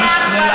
יפה.